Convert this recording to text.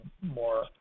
more